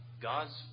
God's